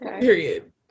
Period